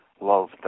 love